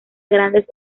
grandes